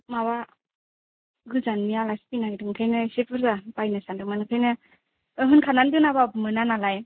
माबा गोजाननि आलासि फैनो नागिरदोंमोन आंखायनो एसे बुर्जा बेन सानदोंमोन आंखायनो आह होखानानै दोनाबाबो मोना नालाय